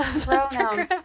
pronouns